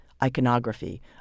Iconography